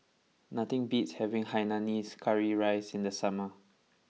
nothing beats having Hainanese Curry Rice in the summer